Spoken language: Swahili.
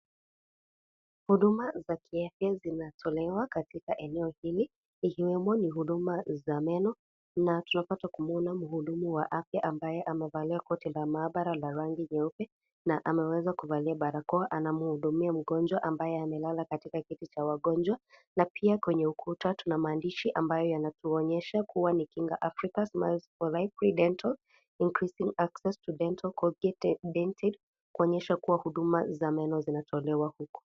Huduma za kiafya zinatolewa katika eneo hili ikiwemo ni huduma za meno na tunapata kumwona mhudumu wa afya ambaye amevalia koti la maabara la rangi nyeupe na ameweza kuvalia barakoa anamhudumia ambaye amelala katika kiti cha wagonjwa na pia kwenye ukuta tuna maandishi ambayo yanatuonyesha kuwa ni Kinga Africa smiles for life free dental increasing access to dental go get a dentist kuonyehsa kuwa huduma za meno zinatolewa huku.